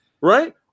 Right